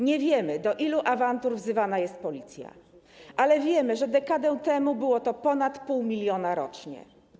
Nie wiemy, do ilu awantur wzywana jest policja, ale wiemy, że dekadę temu było to ponad pół miliona rocznie.